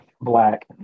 black